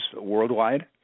worldwide